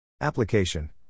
Application